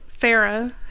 Farah